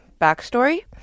backstory